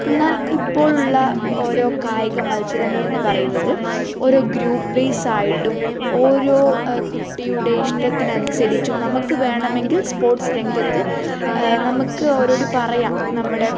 എന്നാൽ ഇപ്പോഴുള്ള ഓരോ കായിക മത്സരങ്ങളെന്ന് പറയുന്നത് ഓരോ ഗ്രൂപ്പ് വെയിസായിട്ടും ഓരോ കുട്ടിയുടെ ഇഷ്ടത്തിനനുസരിച്ചും നമുക്ക് വേണമെങ്കിൽ സ്പോർട്സ് രംഗത്ത് നമുക്ക് അവരോട് പറയാം നമ്മുടെ